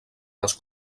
les